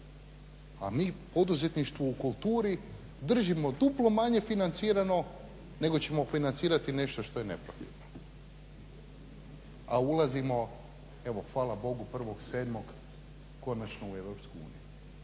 a mi poduzetništvu u kulturi držimo duplo manje financirano nego ćemo financirati nešto što je neprofitno. A ulazimo evo hvala Bogu 1.7. konačno u